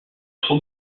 trop